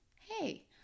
Hey